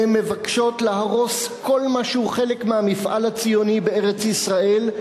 הן מבקשות להרוס כל מה שהוא חלק מהמפעל הציוני בארץ-ישראל,